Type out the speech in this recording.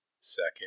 second